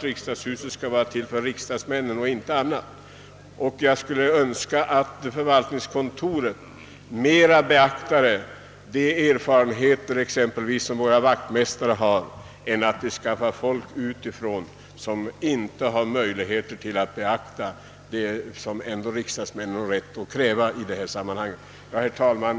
Riksdagshuset skall vara till för riksdagsmännen, inte för något annat. Jag skulle därför önska att förvaltningskontoret exempelvis tillvaratar våra vaktmästares erfarenheter i stället för att anställa personal utifrån, som inte har möjligheter att tillmötesgå riksdagsmännens berättigade önskemål och krav. Herr talman!